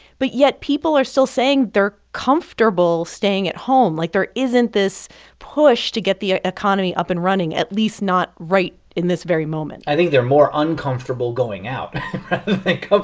but yet people are still saying they're comfortable staying at home. like, there isn't this push to get the ah economy up and running, at least not right in this very moment i think they're more uncomfortable going out rather ah